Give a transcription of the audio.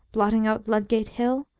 blotting out ludgate hill,